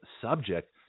subject